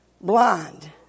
blind